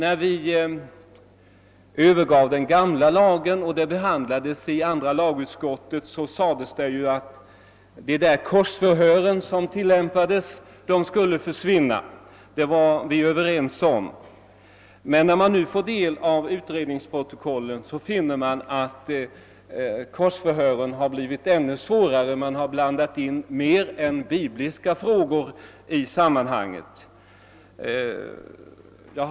Då vi övergav den gamla lagen och frågan behandlades i andra lagutskottet sades det att de korsförhör som tillämpades skulle försvinna — det var vi överens om. Men när man nu läser utredningsprotokollen finner man att korsförhören har blivit ännu svårare. Det har blandats in mer än bibliska frågor i sammanhanget.